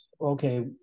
Okay